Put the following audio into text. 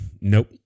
nope